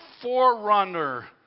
forerunner